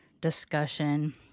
discussion